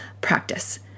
practice